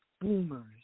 boomers